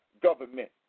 government